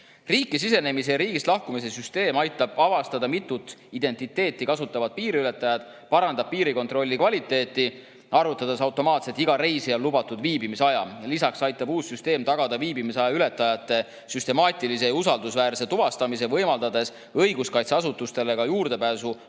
Riiki sisenemise ja riigist lahkumise süsteem aitab avastada mitut identiteeti kasutavad piiriületajad ja parandab piirikontrolli kvaliteeti, arvutades automaatselt iga reisija lubatud viibimisaja. Lisaks aitab uus süsteem tagada viibimisaja ületajate süstemaatilise ja usaldusväärse tuvastamise, võimaldades õiguskaitseasutustele ka juurdepääsu varasematele